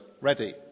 ready